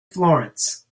florence